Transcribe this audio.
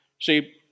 See